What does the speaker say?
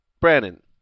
Brandon